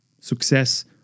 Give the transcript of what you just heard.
Success